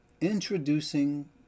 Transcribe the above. Introducing